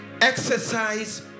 exercise